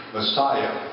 Messiah